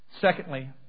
Secondly